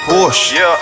Porsche